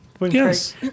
yes